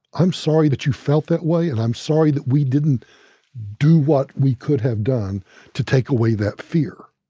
i'm sorry that you felt that way, and i'm sorry that we didn't do what we could have done to take away that fear.